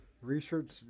research